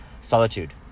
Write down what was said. solitude